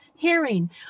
hearing